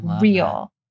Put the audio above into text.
real